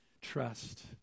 trust